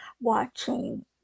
watching